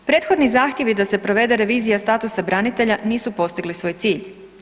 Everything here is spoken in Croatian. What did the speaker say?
Prethodni zahtjevi da se provede revizija statusa branitelja nisu postigli svoj cilj.